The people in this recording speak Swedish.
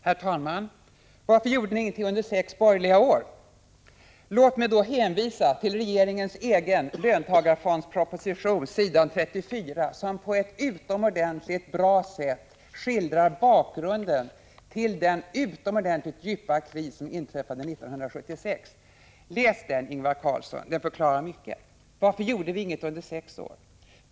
Herr talman! Varför gjorde ni ingenting under sex borgerliga år? frågade Ingvar Carlsson. Låt mig då hänvisa till regeringens egen löntagarfondsproposition, s. 34, som på ett mycket bra sätt skildrar bakgrunden till den utomordentligt djupa kris som inträffade 1976. Läs den, Ingvar Carlsson! Den förklarar mycket.